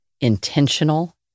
intentional